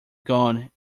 gone